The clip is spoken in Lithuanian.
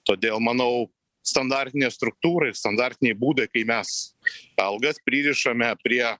todėl manau standartinė struktūra ir standartiniai būdai kai mes algas pririšame prie